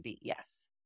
yes